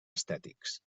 estètics